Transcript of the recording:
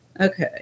Okay